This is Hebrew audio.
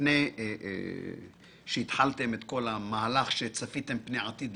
לפני שהתחלתם את כל המהלך, לפני שצפיתם פני עתיד,